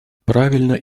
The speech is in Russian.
правильно